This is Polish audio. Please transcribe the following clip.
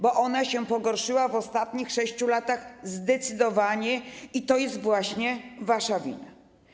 Bo ona się pogorszyła w ostatnich 6 latach zdecydowanie i to jest właśnie wasza wina.